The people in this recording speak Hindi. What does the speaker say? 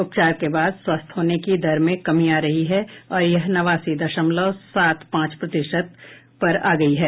उपचार के बाद स्वस्थ होने की दर में कमी आ रही है और यह नवासी दशमलव सात पांच प्रतिशत पर आ गई है